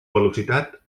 velocitat